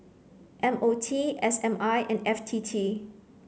M O T S M I and F T T